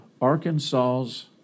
Arkansas's